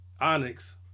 Onyx